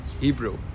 Hebrew